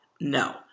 No